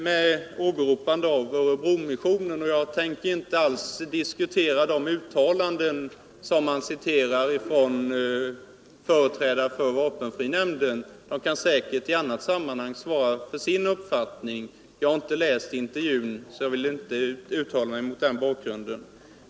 Sedan åberopade herr Wikström Örebromissionen, och jag skall inte här diskutera de uttalanden av företrädare för vapenfrinämnden som herr Wikström här citerade. De kan säkert i annat sammanhang svara för sin uppfattning. Jag har inte läst intervjun i fråga och vill därför inte uttala mig om saken.